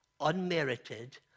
unmerited